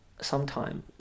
sometime